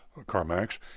CarMax